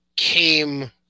came